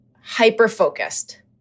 hyper-focused